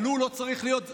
אבל הוא לא צריך להיות דיין,